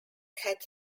had